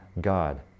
God